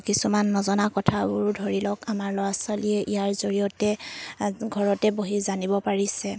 কিছুমান নজনা কথাবোৰো ধৰি লওক আমাৰ ল'ৰা ছোৱালীয়ে ইয়াৰ জৰিয়তে ঘৰতে বহি জানিব পাৰিছে